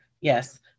Yes